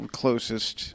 closest